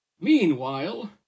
Meanwhile